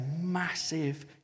massive